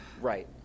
right